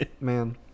man